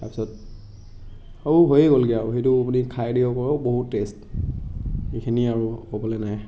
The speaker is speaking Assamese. তাৰপিছত আৰু হৈয়ে গ'লগৈ আৰু সেইটো আপুনি খাই দিয়ক আৰু বহুত টেষ্ট এইখিনি আৰু ক'বলৈ নাই